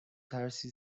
ترسی